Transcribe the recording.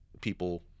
people